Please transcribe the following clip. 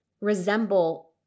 resemble